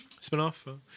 spinoff